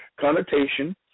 connotation